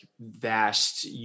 vast